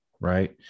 right